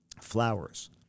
Flowers